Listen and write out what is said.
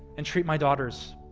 and treat my daughters